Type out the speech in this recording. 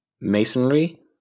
masonry